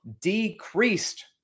decreased